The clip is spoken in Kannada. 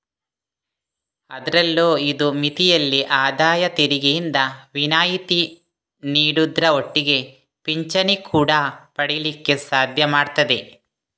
ಅದ್ರಲ್ಲೂ ಇದು ಮಿತಿಯಲ್ಲಿ ಆದಾಯ ತೆರಿಗೆಯಿಂದ ವಿನಾಯಿತಿ ನೀಡುದ್ರ ಒಟ್ಟಿಗೆ ಪಿಂಚಣಿ ಕೂಡಾ ಪಡೀಲಿಕ್ಕೆ ಸಾಧ್ಯ ಮಾಡ್ತದೆ